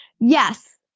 yes